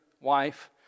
wife